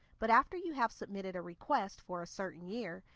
but after you have submitted a request for a certain year,